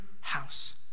house